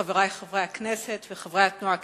חברי חברי הכנסת וחברי התנועה הקיבוצית,